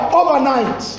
overnight